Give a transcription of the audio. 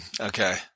Okay